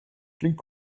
klingt